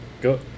Go